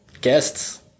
Guests